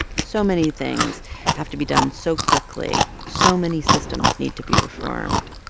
so many things have to be done so quickly so many systems need to be reformed.